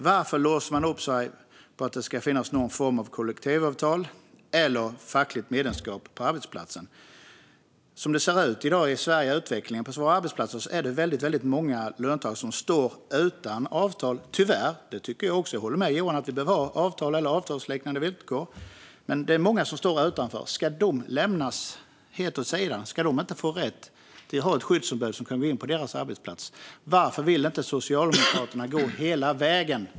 Varför låser man upp sig vid att det ska finnas någon form av kollektivavtal eller fackligt medlemskap på arbetsplatsen? Som det ser ut i dag i Sverige när det gäller utvecklingen på våra arbetsplatser är det väldigt många löntagare som står utan avtal - tyvärr. Jag tycker också att det är synd, för jag håller med Johan om att vi behöver ha avtal eller avtalsliknande villkor. Men det är många som står utanför. Ska de lämnas helt åt sidan? Ska de inte få rätt till ett skyddsombud som kan gå in på deras arbetsplats? Varför vill inte Socialdemokraterna gå hela vägen?